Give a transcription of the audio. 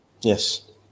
Yes